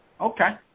okay